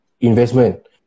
investment